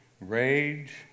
rage